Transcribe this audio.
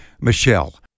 Michelle